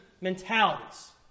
mentalities